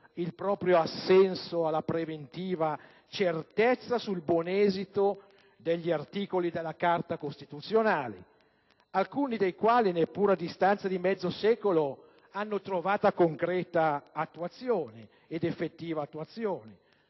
il proprio assenso alla preventiva certezza sul buon esito degli articoli della Carta costituzionale, alcuni dei quali neppure a distanza di mezzo secolo hanno trovato concreta ed effettiva attuazione.